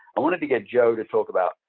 i wanted to get joe to talk about,